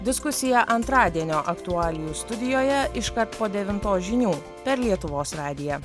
diskusija antradienio aktualijų studijoje iškart po devintos žinių per lietuvos radiją